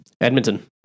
edmonton